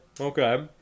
Okay